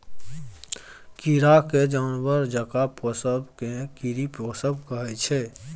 कीरा केँ जानबर जकाँ पोसब केँ कीरी पोसब कहय छै